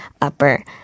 upper